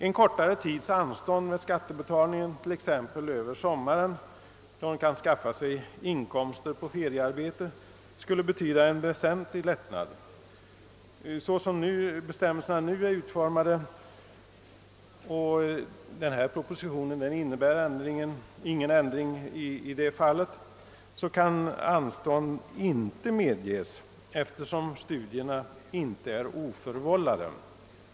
En kortare tids anstånd med skattebetalningen — t.ex. över sommaren, då de studerande kan skaffa sig inkomster av feriearbete — skulle innebära en väsentlig lättnad. Som bestämmelserna nu är utformade — och propositionen innebär ingen ändring i det fallet — kan anstånd inte medges därför att studierna inte är oförvållade.